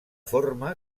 forma